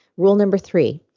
rule number three,